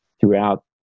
throughout